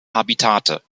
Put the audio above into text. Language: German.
habitate